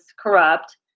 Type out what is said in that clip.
corrupt